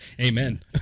amen